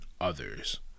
others